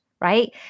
right